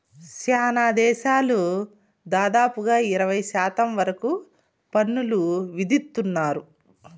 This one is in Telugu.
శ్యానా దేశాలు దాదాపుగా ఇరవై శాతం వరకు పన్నులు విధిత్తున్నారు